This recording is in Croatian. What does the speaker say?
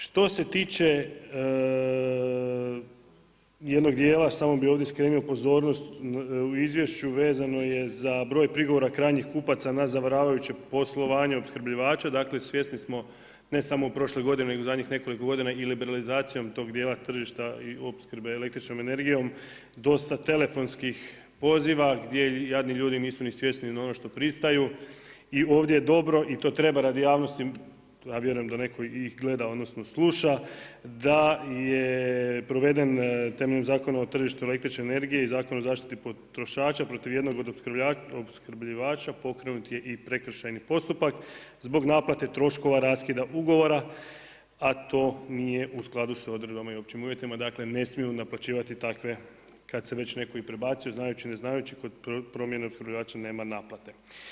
Što se tiče jednog dijela samo bi ovdje skrenuo pozornost u izvješću, vezano je za broj prigovora krajnjih kupaca na zavarujuće poslovanje opskrbljivača, dakle, svjesni smo, ne samo prošle godine, nego i zadnjih nekih godina i liberalizacijom tog dijela tržišta i opskrbe električnom energijom, dosta telefonskih poziva gdje jadni ljudi nisu ni svjesni na ono što pristaju i ovdje je dobro i to treba radi javnosti, a vjerujem da neko i gleda odnosno sluša da je proveden temeljem Zakona o tržištu električne energije i Zakon o zaštiti potrošaka protiv jednog od opskrbljivača pokrenut je i prekršajni postupak zbog naplate troškova raskida ugovora, a to nije u skladu sa odredbama i općim uvjetima, dakle ne smiju naplaćivati takve kada se već neko i prebacuje znajući, ne znajući kod promjene opskrbljivača nema naplate.